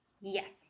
Yes